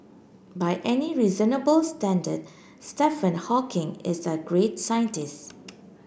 by any reasonable standard Stephen Hawking is a great scientist